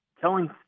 telling